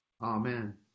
Amen